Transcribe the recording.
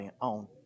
on